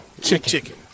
Chicken